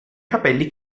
capelli